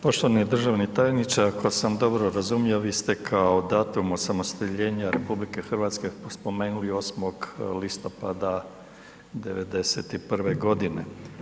Poštovani državni tajniče, ako sam dobro razumio vi ste kao datum osamostaljenja RH spomenuli 8. listopada '91. godine.